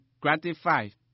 gratified